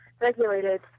regulated